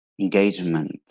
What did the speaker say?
engagement